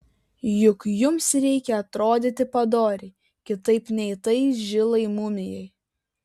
juk jums reikia atrodyti padoriai kitaip nei tai žilai mumijai